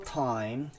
time